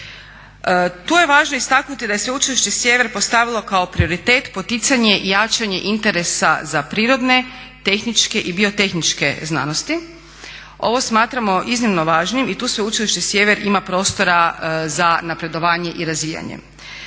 Tu je važno istaknuti da je Sveučilište Sjever postavilo kao prioritet poticanje i jačanje interesa za prirodne, tehničke i biotehničke znanosti. Ovo smatramo iznimno važnim i tu Sveučilište sjever ima prostora za napredovanje i razvijanje.